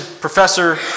professor